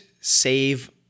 save